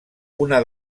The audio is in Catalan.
una